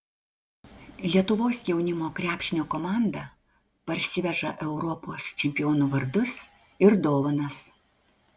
lietuvos jaunimo krepšinio komanda parsiveža europos čempionų vardus ir dovanas